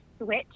switch